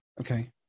Okay